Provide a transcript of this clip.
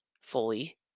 fully